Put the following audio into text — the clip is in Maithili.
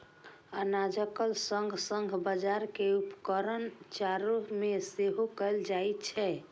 अनाजक संग संग बाजारा के उपयोग चारा मे सेहो कैल जाइ छै